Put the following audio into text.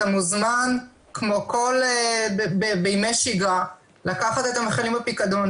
אתה מוזמן כמו בימי שגרה לקחת את המכלים לפיקדון,